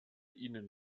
ihnen